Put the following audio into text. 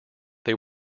they